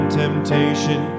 temptation